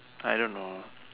I don't know